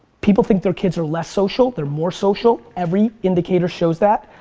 people think their kids are less social, they're more social. every indicator shows that.